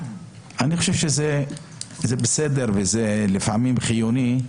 אני חושב שזה בסדר וזה לפעמים חיוני,